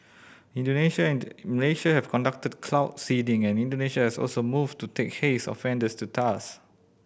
Indonesia and Malaysia have conducted cloud seeding and Indonesia has also moved to take haze offenders to task